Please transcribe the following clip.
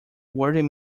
word